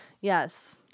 Yes